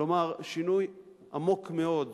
כלומר, שינוי עמוק מאוד,